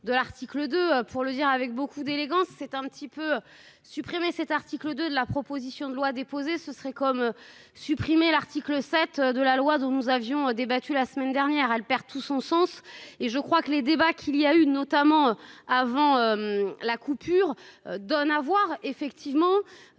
de l'article de pour le dire avec beaucoup d'élégance, c'est un petit peu supprimer cet article de la proposition de loi déposée ce serait comme supprimer l'article 7 de la loi dont nous avions débattu la semaine dernière elle perd tout son sens et je crois que les débats qu'il y a eu notamment avant. La coupure donne à voir effectivement